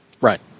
right